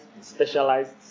specialized